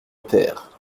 père